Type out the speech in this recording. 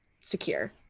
secure